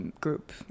group